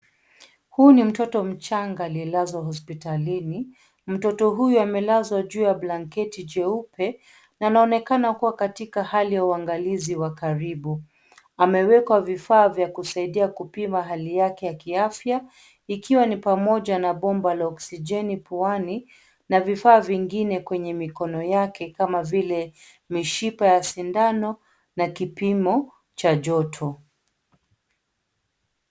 Huyu ni mtoto mchanga aliyelazwa hospitalini. Mtoto huyo amelazwa juu ya blanketi jeupe, na anaonekana kuwa katika hali ya uangalizi wa karibu. Amewekwa vifaa vya kusaidia kupima hali yake ya kiafya, ikiwa ni pamoja na bomba la oksijeni puani, na vifaa vingine kwenye mikono yake kama vile, mishipa ya sindano na kipimo cha joto.